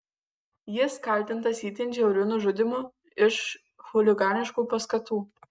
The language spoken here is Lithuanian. jis kaltintas itin žiauriu nužudymu iš chuliganiškų paskatų